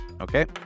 Okay